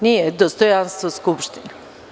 Nije dostojanstvo Skupštine.